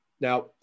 Now